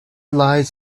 lies